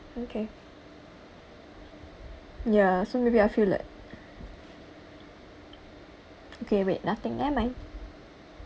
okay ya so maybe I feel like okay wait nothing nevermind